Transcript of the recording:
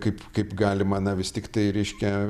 kaip kaip galima na vis tiktai reiškia